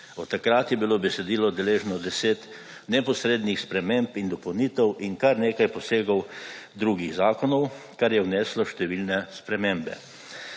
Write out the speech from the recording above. Od takrat je bilo besedilo deležno 10 neposrednih sprememb in dopolnitev in kar nekaj posegov drugih zakonov, kar je vneslo številne spremembe.